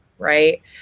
right